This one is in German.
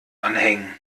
anhängen